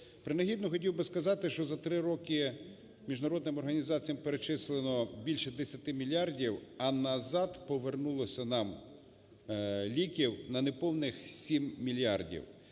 Принагідно, я хотів би сказати, що за три роки міжнародним організаціямперечислено більше 10 мільярдів, а назад повернулося нам ліків на неповних 7 мільярдів.